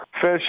Fish